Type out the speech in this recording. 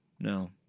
no